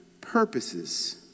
purposes